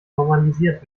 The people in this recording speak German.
normalisiert